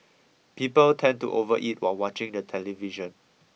people tend to overeat while watching the television